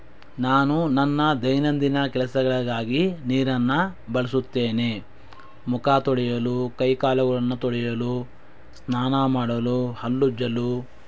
ನಾನು ನನ್ನ ದೈನಂದಿನ ಕೆಲಸಗಳಿಗಾಗಿ ನೀರನ್ನು ಬಳಸುತ್ತೇನೆ ಮುಖ ತೊಳೆಯಲು ಕೈಕಾಲುಗಳನ್ನು ತೊಳೆಯಲು ಸ್ನಾನ ಮಾಡಲು ಹಲ್ಲುಜ್ಜಲು